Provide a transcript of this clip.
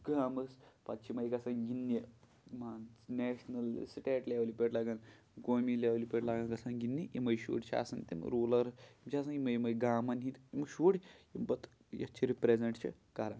گامَس پَتہٕ چھِ یِمے گژھان گِندنہِ مان ژٕ نیشنل سِٹیٹ لیوٕلہِ پٮ۪ٹھ لگان قومی لیولہِ پٮ۪ٹھ لگان گژھان گِندنہِ یِمے شُرۍ چھِ آسان تِم روٗلر تِم چھِ آسان یِمے یِمَے گامن ہِندۍ شُرۍ یِم پَتہٕ یَتھ چھِ رِپرینٹ چھِ کران